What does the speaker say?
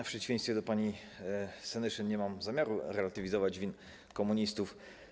W przeciwieństwie do pani Senyszyn nie mam zamiaru relatywizować win komunistów.